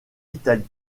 italie